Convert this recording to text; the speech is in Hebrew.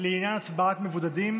לעניין הצבעות מבודדים,